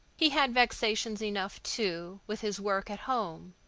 he had vexations enough, too, with his work at home.